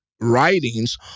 writings